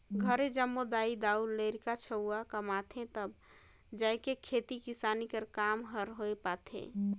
घरे जम्मो दाई दाऊ,, लरिका छउवा कमाथें तब जाएके खेती किसानी कर काम हर होए पाथे